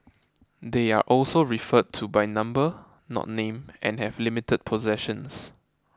they are also referred to by number not name and have limited possessions